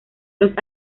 los